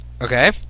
Okay